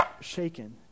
shaken